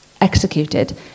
executed